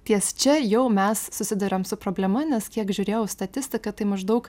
ties čia jau mes susiduriam su problema nes kiek žiūrėjau statistiką tai maždaug